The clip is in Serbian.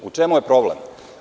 U čemu je problem?